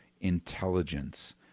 intelligence